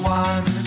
one